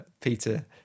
Peter